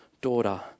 daughter